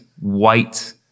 white